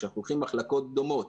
כשאנחנו לוקחים מחלקות דומות